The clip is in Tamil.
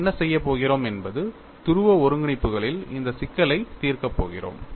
நாம் என்ன செய்யப் போகிறோம் என்பது துருவ ஒருங்கிணைப்புகளில் இந்த சிக்கலை தீர்க்கப் போகிறோம்